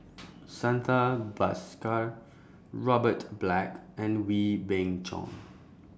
Santha Bhaskar Robert Black and Wee Beng Chong